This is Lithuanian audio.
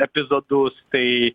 epizodus kai